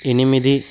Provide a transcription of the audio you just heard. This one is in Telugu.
ఎనిమిది